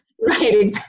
Right